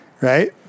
Right